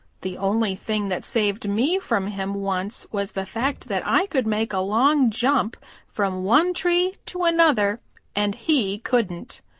the only thing that saved me from him once was the fact that i could make a long jump from one tree to another and he couldn't.